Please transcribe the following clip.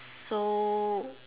so